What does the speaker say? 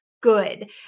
good